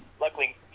luckily